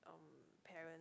um parents